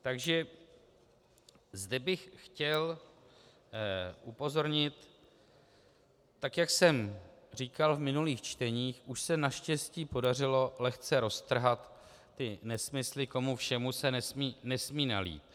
Takže zde bych chtěl upozornit, tak jak jsem říkal v minulých čteních, už se naštěstí podařilo lehce roztrhat ty nesmysly, komu všemu se nesmí nalít.